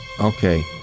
Okay